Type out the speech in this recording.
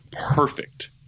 perfect